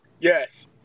Yes